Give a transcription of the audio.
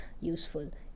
useful